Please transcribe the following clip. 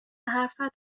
حرفت